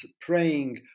praying